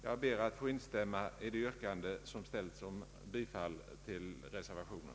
Jag ber att få instämma i det yrkande som ställts om bifall till reservationen.